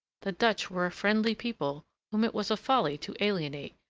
the dutch were a friendly people whom it was a folly to alienate,